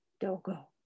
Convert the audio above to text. dogo